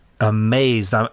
amazed